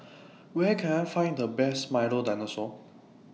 Where Can I Find The Best Milo Dinosaur